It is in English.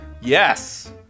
Yes